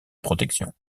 protection